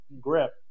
grip